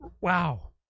Wow